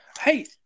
Hey